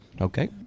Okay